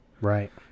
right